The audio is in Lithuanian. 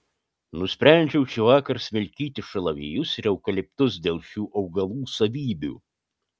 nusprendžiau šįvakar smilkyti šalavijus ir eukaliptus dėl šių augalų savybių